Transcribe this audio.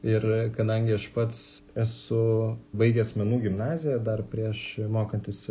ir kadangi aš pats esu baigęs menų gimnaziją dar prieš mokantis